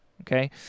Okay